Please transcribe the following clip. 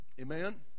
Amen